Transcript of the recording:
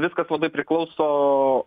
viskas labai priklauso